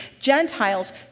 Gentiles